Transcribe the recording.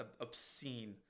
obscene